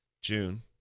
June